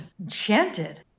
enchanted